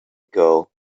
ago